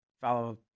follow